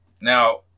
Now